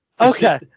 Okay